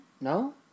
No